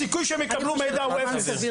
הסיכוי שהם יקבלו מידע, הוא אפס.